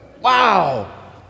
Wow